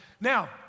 Now